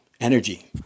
energy